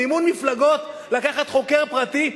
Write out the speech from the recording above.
מימון מפלגות לקחת חוקר פרטי?